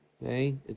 Okay